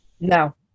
no